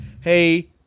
hey